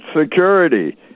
security